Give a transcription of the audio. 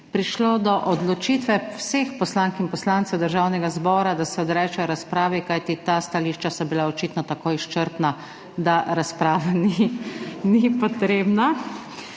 prišlo do odločitve vseh poslank in poslancev Državnega zbora, da se odrečejo razpravi, kajti ta stališča so bila očitno tako izčrpna, da razprava ni potrebna,